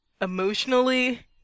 emotionally